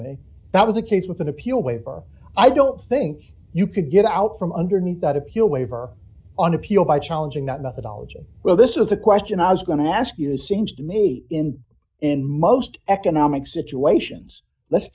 me that was a case with an appeal waiver i don't think you could get out from underneath that appeal waiver on appeal by challenging that methodology well this is the question i was going to ask you seems to me in most economic situations let's